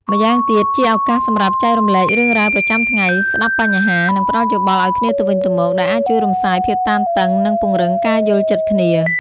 ម្យ៉ាងទៀត ជាឱកាសសម្រាប់ចែករំលែករឿងរ៉ាវប្រចាំថ្ងៃ ស្តាប់បញ្ហា និងផ្តល់យោបល់ឲ្យគ្នាទៅវិញទៅមក ដែលអាចជួយរំសាយភាពតានតឹង និងពង្រឹងការយល់ចិត្តគ្នា។